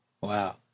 Wow